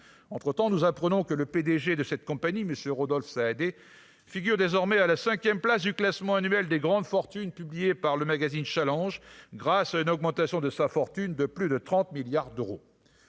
entre-temps, nous apprenons que le PDG de cette compagnie mais ce Rodolphe Saadé figure désormais à la 5ème place du classement annuel des grandes fortunes, publié par le magazine challenges grâce à une augmentation de sa fortune de plus de 30 milliards d'euros,